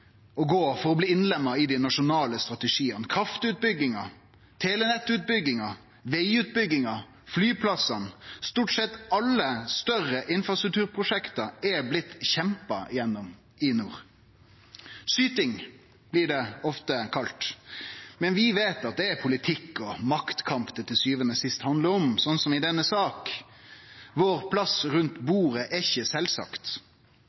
å gå for å bli innlema i dei nasjonale strategiane. Kraftutbygginga, telenettutbygginga, vegutbygginga, flyplassane – stort sett alle større infrastrukturprosjekt er blitt kjempa gjennom i nord. Syting, blir det ofte kalla, men vi veit at det er politikk og maktkamp det til sjuande og sist handlar om, som i denne saka, der plass rundt